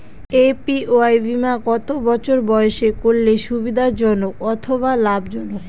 APY বীমা কত বছর বয়সে করলে সুবিধা জনক অথবা লাভজনক?